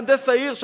מהנדס העיר,